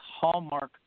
hallmark